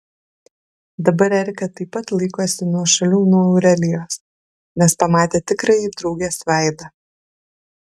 dabar erika taip pat laikosi nuošaliau nuo aurelijos nes pamatė tikrąjį draugės veidą